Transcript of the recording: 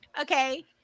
Okay